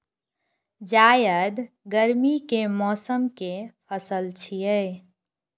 जायद गर्मी के मौसम के पसल छियै